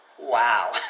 Wow